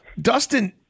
Dustin